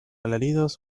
alaridos